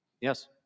Yes